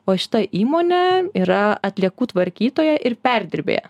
o šita įmonė yra atliekų tvarkytoja ir perdirbėja